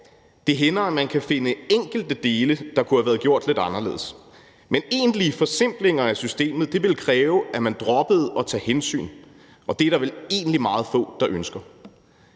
det hænder, at man kan finde enkelte dele, der kunne have været gjort lidt anderledes, men egentlige forsimplinger af systemet ville kræve, at man droppede at tage hensyn – og det er der vel egentlig meget få der ønsker.